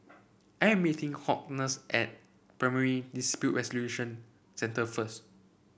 I am meeting Hortense at Primary Dispute Resolution Centre first